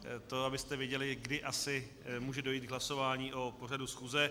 To abyste věděli, kdy asi může dojít k hlasování o pořadu schůze.